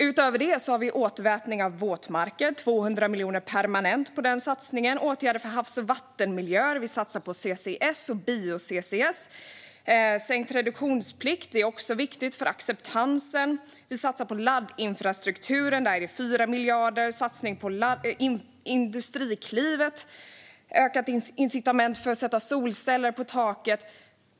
Utöver det har vi en satsning på återvätning av våtmarker - 200 miljoner permanent till den satsningen - och på åtgärder för havs och vattenmiljöer. Vi satsar på CCS och bio-CCS. Sänkt reduktionsplikt är också viktigt för acceptansen. Vi satsar 4 miljarder på laddinfrastruktur, och vi satsar på Industriklivet och ökat incitament att sätta solceller på taken.